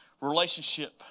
relationship